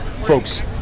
Folks